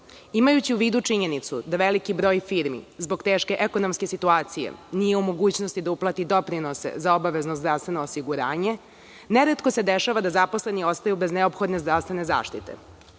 Imajući u vidu činjenicu da veliki broj firmi zbog teške ekonomske situacije nije u mogućnosti da uplati doprinose za obavezno zdravstveno osiguranje neretko se dešava da zaposleni ostanu bez neophodne zdravstvene zaštite.